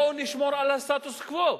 נשמור על הסטטוס-קוו.